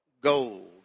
Gold